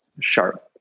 sharp